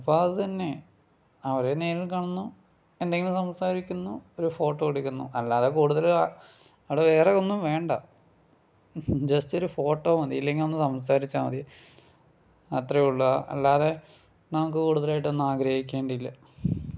അപ്പം അത് തന്നെ അവരെ നേരിൽ കാണുന്നു എന്തെങ്കിലും സംസാരിക്കുന്നു ഒരു ഫോട്ടോ എടുക്കുന്നു അല്ലാതെ കൂടുതല് അവിടെ വേറെ ഒന്നും വേണ്ട ജസ്റ്റൊരു ഫോട്ടോ മതി ഇല്ലങ്കിൽ ഒന്ന് സംസാരിച്ചാൽ മതി അത്രേ ഉള്ളു അല്ലാതെ നമുക്ക് കൂടുതലായിട്ടൊന്നും ആഗ്രഹിക്കേണ്ടിയില്ല